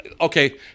okay